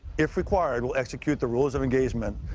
if required, we'll exkate the rules of engagement.